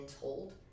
told